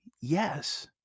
Yes